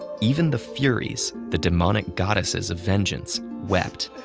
even the furies, the demonic goddesses of vengeance, wept.